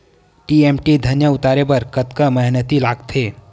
तीन एम.टी धनिया उतारे बर कतका मेहनती लागथे?